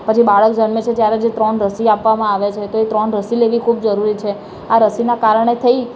પછી બાળક જન્મે છે ત્યારે જે ત્રણ રસી આપવામાં આવે છે તો એ ત્રણ રસી લેવી ખૂબ જરૂરી છે આ રસીના કારણે થઇ